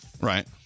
right